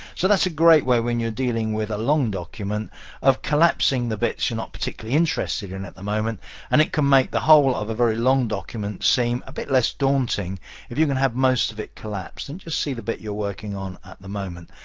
so that's a great way when you're dealing with a long document of collapsing the bits you're not particularly interested in at the moment and it can make the whole of a very long document seem a bit less daunting if you can have most of it collapsed and just see the bit you're working on at the moment.